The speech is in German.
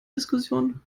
diskussion